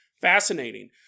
Fascinating